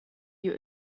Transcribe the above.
you